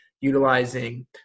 utilizing